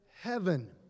heaven